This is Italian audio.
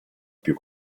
più